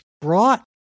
brought